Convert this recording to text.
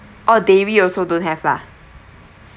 orh dairy also don't have lah